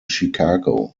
chicago